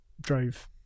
drove